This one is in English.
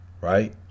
Right